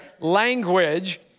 language